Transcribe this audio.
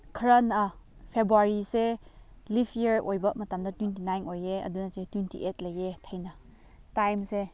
ꯈꯔꯅ ꯐꯦꯕꯋꯥꯔꯤꯁꯦ leap year ꯑꯣꯏꯕ ꯃꯇꯝꯗ ꯇ꯭ꯋꯦꯟꯇꯤ ꯅꯥꯏꯟ ꯑꯣꯏꯌꯦ ꯑꯗꯨ ꯅꯠꯇ꯭ꯔꯗꯤ ꯇ꯭ꯋꯦꯟꯇꯤ ꯑꯩꯠ ꯂꯩꯌꯦ ꯇꯥꯏꯝꯁꯦ